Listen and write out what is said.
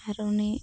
ᱟᱨ ᱩᱱᱤ